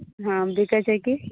हँ बिकै छै की